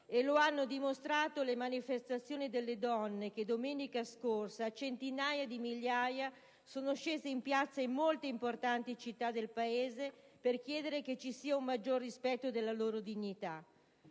E lo hanno dimostrato le manifestazioni delle donne di domenica scorsa: in centinaia di migliaia le donne sono scese in piazza in molte importanti città del Paese per chiedere che ci sia un maggior rispetto della loro dignità.